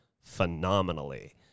phenomenally